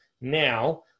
now